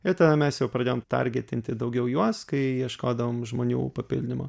ir tada mes jau pradėjom targetinti daugiau juos kai ieškodavom žmonių papildymo